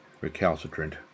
recalcitrant